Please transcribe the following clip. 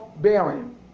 bearing